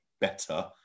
better